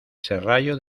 serrallo